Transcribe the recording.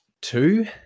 two